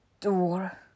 Door